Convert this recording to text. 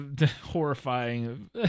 horrifying